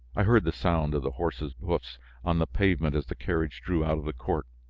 i heard the sound of the horses' hoofs on the pavement as the carriage drew out of the court.